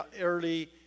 early